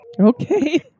Okay